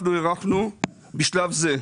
אנחנו הערכנו בשלב זה,